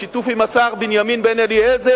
בשיתוף עם השר בנימין בן-אליעזר,